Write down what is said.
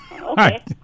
Okay